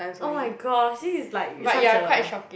oh my gosh this is like it such a